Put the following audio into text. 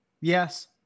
Yes